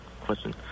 question